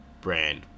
brand